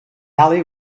alley